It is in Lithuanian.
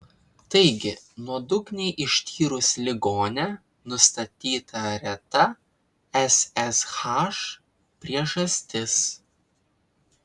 taigi nuodugniai ištyrus ligonę nustatyta reta ssh priežastis